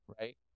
right